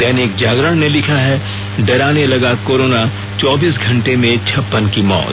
दैनिक जागरण ने लिखा ई डराने लगा कोरोना चौबीस घंटे में छप्पन की मौत